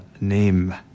name